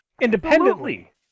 independently